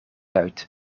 uit